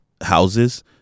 houses